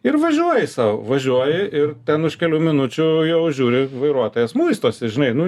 ir važiuoji sau važiuoji ir ten už kelių minučių jau žiūri vairuotojas muistosi žinai nu